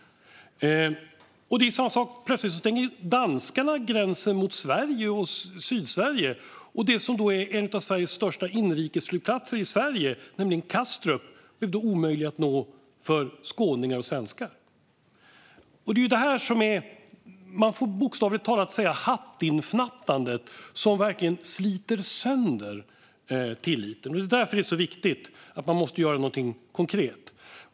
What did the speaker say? Det var samma sak när danskarna plötsligt stängde gränsen mot Sydsverige. Den som är en av Sveriges största inrikesflygplatser, nämligen Kastrup, blev då omöjlig att nå för skåningar och svenskar. Detta är bokstavligt talat ett hattifnattande som sliter sönder tilliten. Det är därför det är så viktigt att göra något konkret.